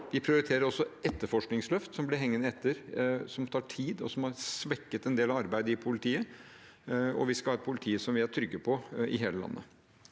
Vi prioriterer også etterforskningsløft, som ble hengende etter, som tar tid, og som har svekket en del av arbeidet i politiet. Vi skal ha et politi som vi er trygge på i hele landet.